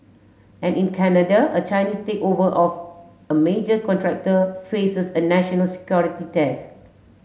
and in Canada a Chinese takeover of a major contractor faces a national security test